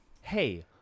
Hey